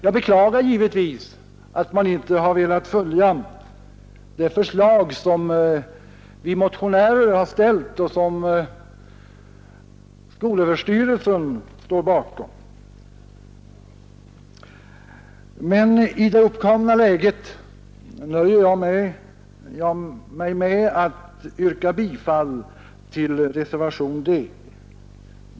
Jag beklagar givetvis att man inte har velat följa det förslag som vi motionärer har ställt och som skolöverstyrelsen står bakom. Men i det uppkomna läget nöjer jag mig med att yrka bifall till reservationen D.